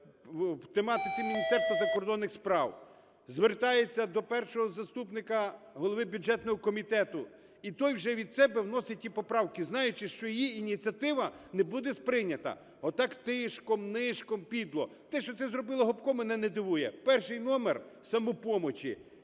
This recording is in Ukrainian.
в тематиці Міністерства закордонних справ, звертається до першого заступника голови бюджетного комітету і той вже від себе вносить ті поправки, знаючи, що її ініціатива не буде сприйнята. Отак тишком-нишком, підло. Те, що це зробила Гопко, мене не дивує. Перший номер "Самопомочі",